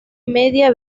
media